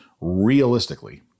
realistically